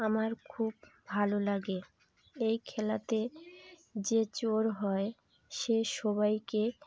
আমার খুব ভালো লাগে এই খেলাতে যে চোর হয় সে সবাইকে